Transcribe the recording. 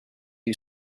who